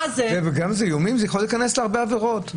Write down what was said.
גם אם זה איומים זה יכול להיכנס להרבה עבירות,